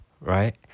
right